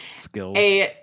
skills